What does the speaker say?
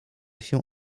się